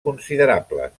considerables